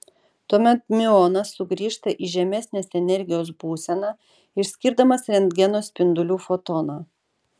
tuomet miuonas sugrįžta į žemesnės energijos būseną išskirdamas rentgeno spindulių fotoną